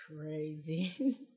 Crazy